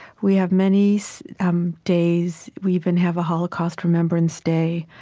we have many so um days we even have a holocaust remembrance day.